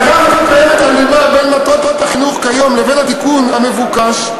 מאחר שקיימת הלימה בין מטרות החינוך כיום לבין התיקון המבוקש,